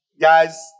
Guys